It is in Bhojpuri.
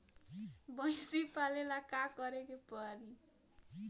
भइसी पालेला का करे के पारी?